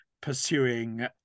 pursuing